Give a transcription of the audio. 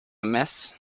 amiss